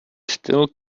still